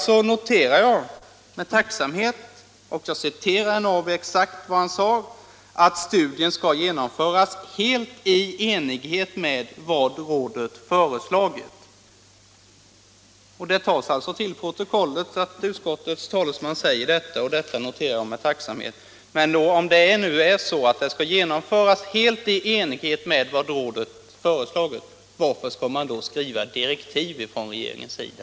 Sedan noterar jag med tacksamhet herr Norrbys uttalande, och jag återger exakt vad han sade, nämligen att studien skall genomföras helt i enlighet med vad rådet föreslagit. Det tas till protokollet att utskottets talesman säger detta, och det är ett löfte som jag noterar med tacksamhet. Men om studien verkligen skall genomföras helt i enlighet med vad rådet föreslagit, varför skall man då skriva direktiv från regeringens sida?